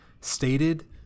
stated